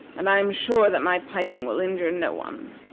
and i am sure that my piping will injure no one.